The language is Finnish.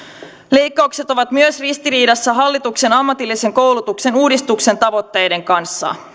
leikkaukset ovat myös ristiriidassa hallituksen ammatillisen koulutuksen uudistuksen tavoitteiden kanssa